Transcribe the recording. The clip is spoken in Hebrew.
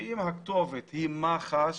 ואם הכתובת היא מח"ש